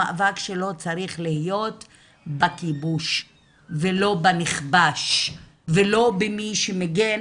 המאבק שלו צריך להיות בכיבוש ולא בנכבש ולא במי שמגן